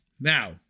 Now